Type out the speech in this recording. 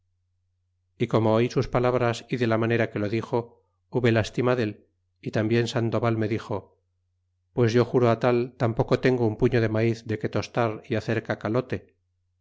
y como oi sus palabras y de la manera que lo dixo hube lastima del y tambien sandoval me dixo pues yo juro tallampoco tengo un puño de maiz de que tostar y hacer cacalote